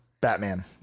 Batman